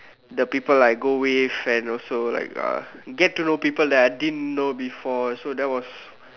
the people I go with and also like uh get to know people that I didn't know before so that was